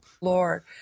Lord